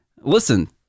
Listen